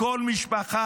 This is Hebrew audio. לכל משפחה,